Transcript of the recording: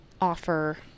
offer